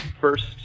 first